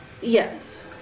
Yes